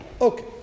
Okay